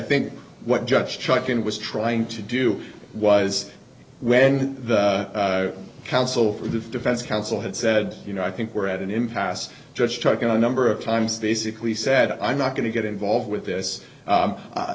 think what judge chuck and was trying to do was when the counsel for the defense counsel had said you know i think we're at an impasse judge talking to a number of times basically said i'm not going to get involved with this